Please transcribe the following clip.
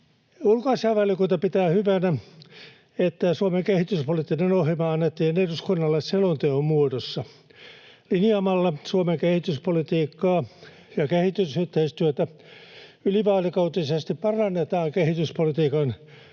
Ulkoasiainvaliokunta pitää hyvänä, että Suomen kehityspoliittinen ohjelma annettiin eduskunnalle selonteon muodossa. Linjaamalla Suomen kehityspolitiikkaa ja kehitysyhteistyötä ylivaalikautisesti parannetaan kehityspolitiikan jatkuvuutta